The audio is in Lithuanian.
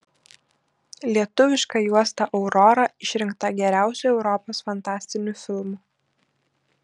lietuviška juosta aurora išrinkta geriausiu europos fantastiniu filmu